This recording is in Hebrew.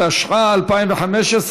התשע"ה 2015,